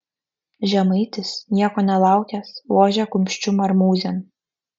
žemaitis nieko nelaukęs vožia kumščiu marmūzėn